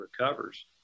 recovers